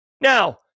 Now